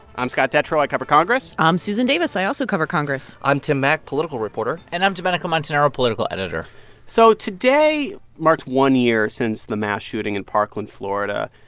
i'm scott detrow. i cover congress i'm susan davis. i also cover congress i'm tim mak, political reporter and i'm domenico montanaro, political editor so today marks one year since the mass shooting in parkland, fla. and